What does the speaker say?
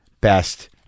Best